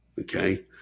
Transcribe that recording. okay